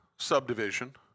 Subdivision